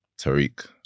Tariq